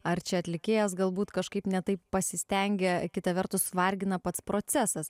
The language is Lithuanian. ar čia atlikėjas galbūt kažkaip ne taip pasistengė kita vertus vargina pats procesas